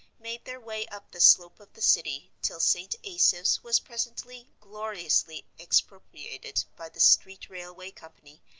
made their way up the slope of the city till st. asaph's was presently gloriously expropriated by the street railway company,